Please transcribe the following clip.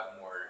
more